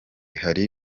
hari